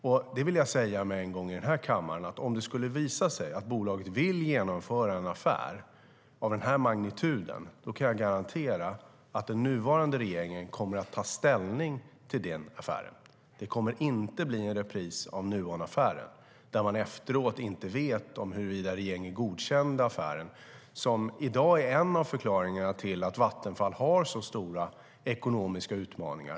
Jag vill redan nu säga i denna kammare att om det skulle visa sig att bolaget vill genomföra en affär av denna magnitud, kan jag garantera att den nuvarande regeringen kommer att ta ställning till den affären. Det kommer inte att bli en repris av Nuonaffären, där man efteråt inte vet huruvida regeringen godkände affären. Den affären är en av förklaringarna till att Vattenfall i dag har så stora ekonomiska utmaningar.